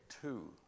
two